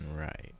right